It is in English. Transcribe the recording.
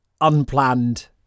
unplanned